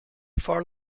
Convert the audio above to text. four